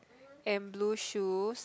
and blue shoes